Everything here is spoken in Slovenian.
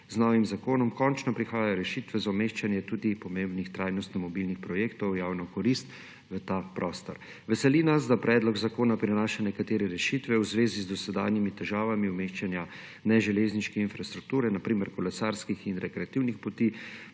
Z novim zakonom končno prihajajo rešitve za umeščanje tudi pomembnih trajnostno mobilnih projektov v javno korist v ta prostor. Veseli nas, da predlog zakona prinaša nekatere rešitve v zvezi z dosedanjimi težavami umeščanja neželezniške infrastrukture, na primer kolesarskih in rekreativnih poti,